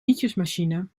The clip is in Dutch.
nietjesmachine